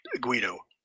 Guido